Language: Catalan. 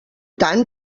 tant